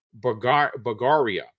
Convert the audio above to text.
Bagaria